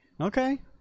Okay